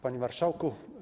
Panie Marszałku!